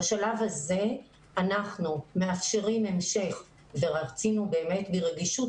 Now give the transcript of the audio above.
בשלב הזה אנחנו מאפשרים המשך ורצינו באמת ברגישות